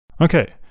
Okay